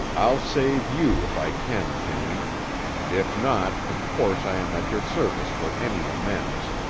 i'll save you if i can, jane if not, of course i am at your service for any amends